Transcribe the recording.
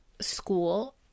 school